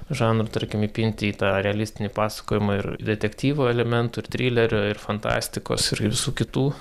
žanrų tarkim įpinti į tą realistinį pasakojimą ir detektyvo elementų ir trilerio ir fantastikos ir su kitų